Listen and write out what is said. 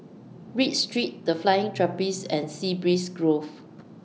Read Street The Flying Trapeze and Sea Breeze Grove